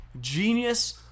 Genius